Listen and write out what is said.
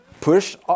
Push